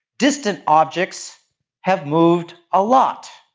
distant objects have moved a lot.